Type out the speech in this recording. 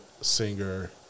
singer